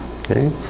Okay